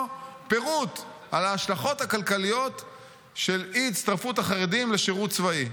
פירוט על ההשלכות הכלכליות של אי-הצטרפות החרדים לשירות צבאי.